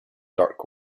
dirk